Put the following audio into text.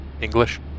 English